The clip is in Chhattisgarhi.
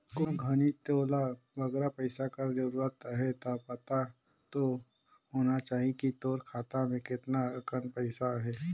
कोनो घनी तोला बगरा पइसा कर जरूरत अहे ता पता दो होना चाही कि तोर खाता में केतना अकन पइसा अहे